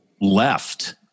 left